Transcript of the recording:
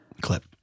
Clip